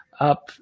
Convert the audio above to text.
up